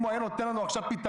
אם הוא היה נותן לנו עכשיו פתרון,